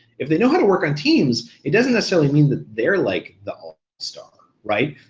if they know how to work on teams, it doesn't necessarily mean that they're like the all star, right?